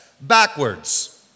backwards